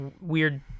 weird